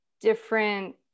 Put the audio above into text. different